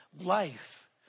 life